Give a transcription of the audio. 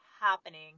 happening